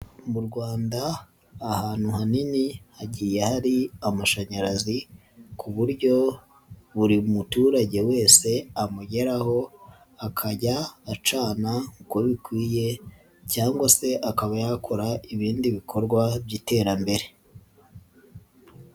Mu Rwanda ahantu hanini hagiye hari amashanyarazi ku buryo buri muturage wese amugeraho akajya acana uko bikwiye cyangwa se akaba yakora ibindi bikorwa by'iterambere.